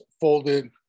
folded